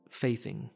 faithing